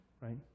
Right